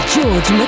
George